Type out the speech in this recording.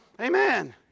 Amen